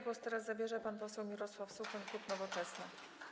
Głos teraz zabierze pan poseł Mirosław Suchoń, klub Nowoczesna.